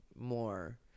more